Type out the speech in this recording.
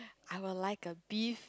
I would like a beef